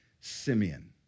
Simeon